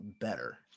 better